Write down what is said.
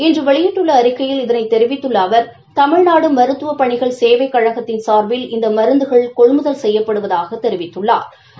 இன்று வெளியிட்டுள்ள அறிக்கையில் இதனை தெரிவித்துள்ள அவர் தமிழ்நாடு மருத்துவ பணிகள் சேவைக் கழகத்தின் சாா்பில் இந்த மருந்துகள் கொள்முதல் செய்யப்படுவதாகத் தெரிவித்துள்ளாா்